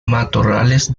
matorrales